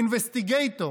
investigator.